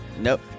Nope